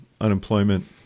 unemployment